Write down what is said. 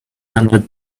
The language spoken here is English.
hundred